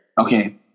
Okay